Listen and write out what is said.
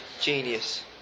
Genius